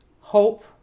hope